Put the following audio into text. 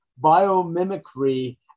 biomimicry